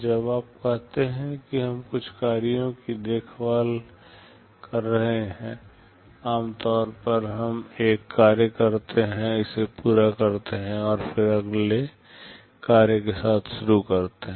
जब आप कहते हैं कि हम कुछ कार्यों की देखभाल कर रहे हैं आम तौर पर हम एक कार्य करते हैं इसे पूरा करते हैं और फिर अगले कार्य के साथ शुरू करते हैं